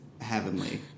heavenly